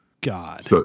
God